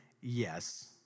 Yes